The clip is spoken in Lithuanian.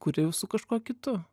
kuria jau su kažkuo kitu